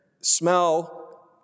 smell